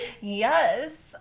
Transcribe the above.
Yes